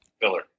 filler